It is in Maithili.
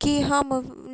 की हम